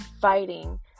fighting